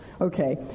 Okay